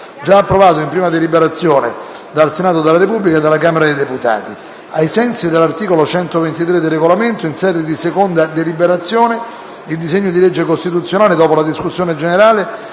già approvato, in prima deliberazione, dal Senato e dalla Camera dei deputati. Ricordo che, ai sensi dell'articolo 123 del Regolamento, in sede di seconda deliberazione, il disegno di legge costituzionale, dopo la discussione generale,